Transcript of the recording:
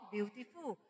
Beautiful